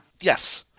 yes